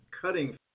cutting